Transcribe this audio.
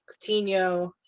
Coutinho